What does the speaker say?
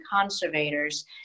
conservators